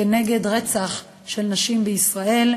על רצח של נשים בישראל.